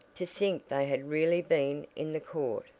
to think they had really been in the court,